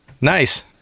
Nice